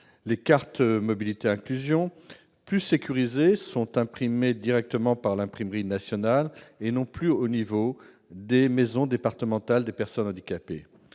Les cartes mobilité inclusion, qui sont plus sécurisées, sont imprimées directement par l'Imprimerie nationale et non plus au niveau des maisons départementales des personnes handicapées.